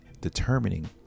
determining